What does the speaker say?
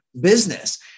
business